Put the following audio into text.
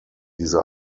diese